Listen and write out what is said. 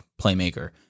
playmaker